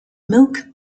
milk